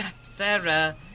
Sarah